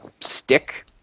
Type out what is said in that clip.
stick